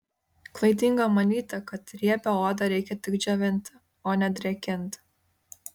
klaidinga manyti kad riebią odą reikia tik džiovinti o ne drėkinti